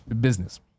business